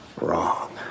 Wrong